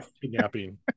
kidnapping